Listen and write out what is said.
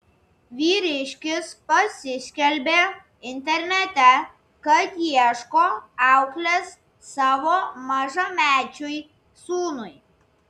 vyriškis pasiskelbė internete kad ieško auklės savo mažamečiui sūnui